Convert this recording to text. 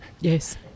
Yes